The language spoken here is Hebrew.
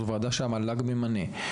זו ועדה שהמל"ג ממנה.